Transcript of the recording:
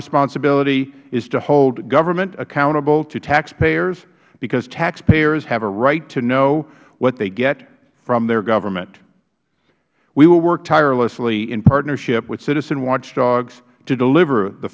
responsibility is to hold government accountable to taxpayers because taxpayers have a right to know what they get from their government we will work tirelessly in partnership with citizen watchdogs to deliver the